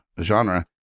genre